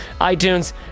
iTunes